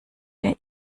der